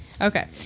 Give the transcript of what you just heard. okay